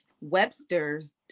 Webster's